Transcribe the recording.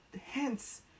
hence